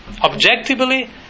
Objectively